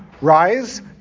Rise